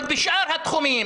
אבל בשאר התחומים